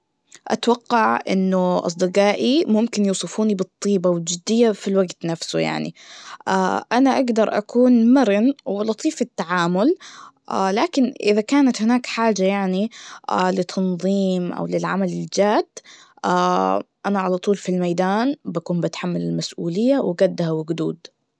أتوقع إنه أصدجائي ممكن يوصفوني بالطيبة والجدية في الوجت نفسه يعني, أنا أجدر أكون مرن ولطيف في التعامل لكن إذا كانت هناك حاجة يعني لتنظيم أو للعمل الجاد, أنا علطول في الميدان, وبكون بتحمل المسؤولية وقدها وقدود.